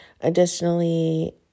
Additionally